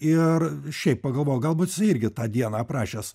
ir šiaip pagalvojau gal bus irgi tą dieną aprašęs